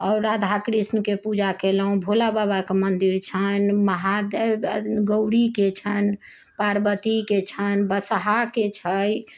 आओर राधाकृष्णके पूजा केलहुँ आओर भोला बाबाके मन्दिर छनि आओर महादेव गौड़ीके छनि पार्वतीके छनि आओर बसहाके छै